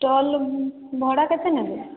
stall ଭଡ଼ା କେତେ ନେବେ